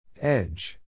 Edge